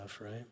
right